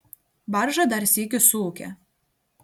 barža dar sykį suūkė